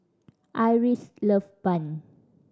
Iris love bun